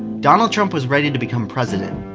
donald trump was ready to become president,